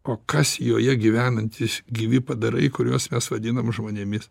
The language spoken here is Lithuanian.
o kas joje gyvenantys gyvi padarai kuriuos mes vadinam žmonėmis